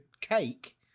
cake